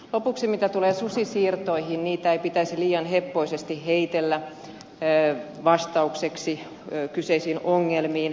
lopuksi mitä tulee susisiirtoihin niitä ei pitäisi liian heppoisesti heitellä vastaukseksi kyseisiin ongelmiin